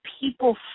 people